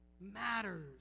matters